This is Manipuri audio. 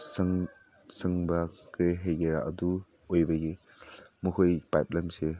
ꯁꯪ ꯁꯪꯕ ꯀꯔꯤ ꯍꯥꯏꯒꯦꯔ ꯑꯗꯨ ꯑꯣꯏꯕꯒꯤ ꯃꯈꯣꯏ ꯄꯥꯏꯞꯂꯥꯏꯟꯁꯦ